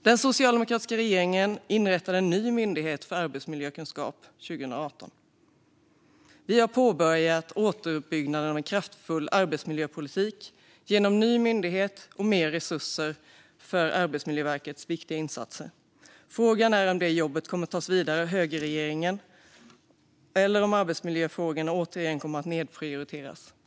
Den socialdemokratiska regeringen inrättade en ny myndighet för arbetsmiljökunskap år 2018. Vi har påbörjat återuppbyggnaden av en kraftfull arbetsmiljöpolitik genom en ny myndighet och mer resurser för Arbetsmiljöverkets viktiga insatser. Frågan är om det jobbet kommer att tas vidare av högerregeringen eller om arbetsmiljöfrågorna återigen kommer att nedprioriteras.